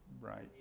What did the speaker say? right